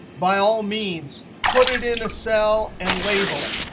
by all means, put it in a cell and label it.